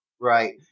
Right